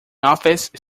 office